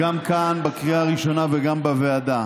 גם כאן בקריאה הראשונה וגם בוועדה.